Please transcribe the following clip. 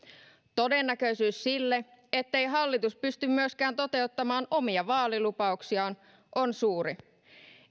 todennäköisyys sille ettei hallitus pysty myöskään toteuttamaan omia vaalilupauksiaan on suuri